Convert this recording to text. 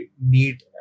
need